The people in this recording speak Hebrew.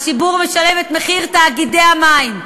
הציבור משלם את מחיר תאגידי המים.